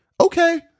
Okay